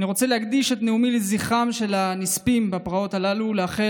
אני רוצה להקדיש את נאומי לזכרם של הנספים בפרעות הללו ולאחל